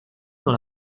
dans